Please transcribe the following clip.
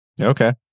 Okay